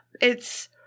It's-